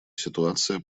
ситуация